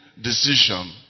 decision